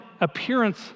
appearance